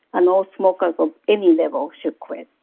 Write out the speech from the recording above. and all smokers of any level should quit.